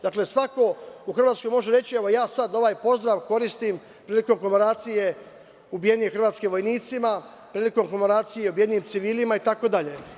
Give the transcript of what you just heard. Dakle, svako u Hrvatskoj može reći - evo ja sad ovaj pozdrav koristim prilikom komemoracije ubijenim hrvatskim vojnicima, prilikom komemoracije ubijenim civilima itd.